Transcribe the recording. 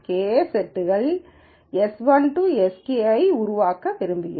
K செட்கள் 1 to skஐ உருவாக்க விரும்புகிறோம்